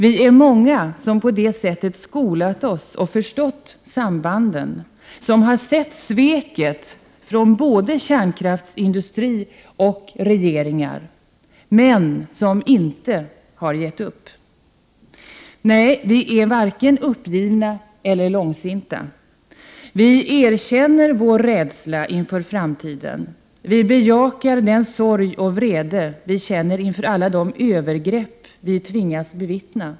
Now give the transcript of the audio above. Vi är många som på det sättet skolat oss och förstått sambanden, som har sett sveket från både kärnkraftsindustri och regeringar, men som inte har gett upp. Nej, vi är varken uppgivna eller långsinta. Vi erkänner vår rädsla inför framtiden, vi bejakar den sorg och vrede vi känner inför alla de övergrepp vi tvingas bevittna.